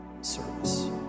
service